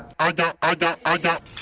i got, i got, i got,